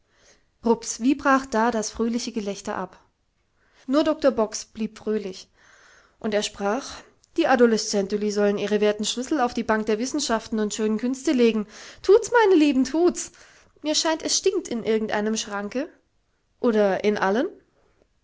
rups wie brach da das fröhliche gelächter ab nur doktor box blieb fröhlich und er sprach die adolescentuli sollen ihre werten schlüssel auf die bank der wissenschaften und schönen künste legen thuts meine lieben thuts mir scheint es stinkt in irgend einem schranke oder in allen